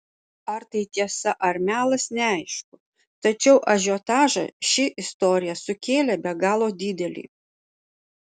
ar tai tiesa ar melas neaišku tačiau ažiotažą ši istorija sukėlė be galo didelį